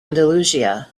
andalusia